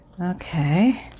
Okay